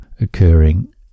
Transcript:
occurring